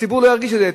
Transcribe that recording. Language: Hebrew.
הציבור לא ירגיש את זה.